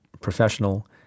professional